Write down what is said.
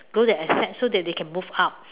grow their assets so that they can move up